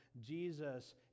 Jesus